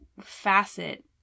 facet